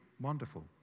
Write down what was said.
wonderful